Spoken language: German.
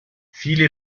viele